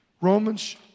Romans